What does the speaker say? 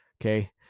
Okay